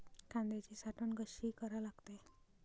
कांद्याची साठवन कसी करा लागते?